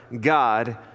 God